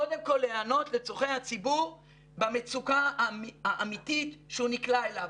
קודם כל להיענות לצרכי הציבור במצוקה האמיתית שהוא נקלע אליו.